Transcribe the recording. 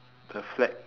the flag